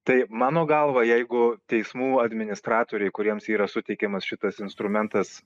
tai mano galva jeigu teismų administratoriai kuriems yra suteikiamas šitas instrumentas